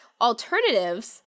alternatives